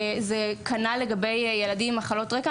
זה כנ"ל לגבי ילדים עם מחלות רקע.